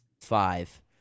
Five